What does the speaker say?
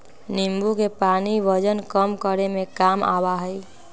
नींबू के पानी वजन कम करे में काम आवा हई